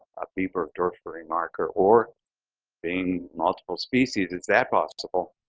of b. burgdorferi marker or being multiple species is that possible